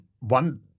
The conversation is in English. one